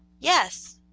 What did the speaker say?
yes.